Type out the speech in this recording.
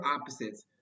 opposites